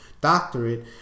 doctorate